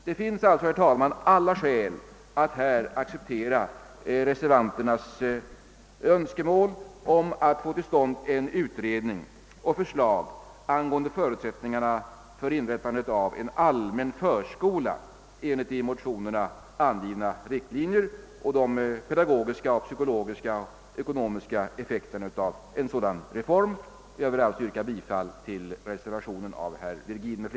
Det finns alltså, herr talman, alla skäl för att acceptera reservanternas önskemål om att få till stånd en utredning och förslag angående förutsättningarna för inrättandet av en allmän förskola enligt de i motionerna angivna riktlinjerna och de pedagogiska, psykologiska och ekonomiska effekterna av en sådan reform, och jag vill